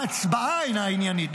ההצבעה אינה עניינית,